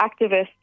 activists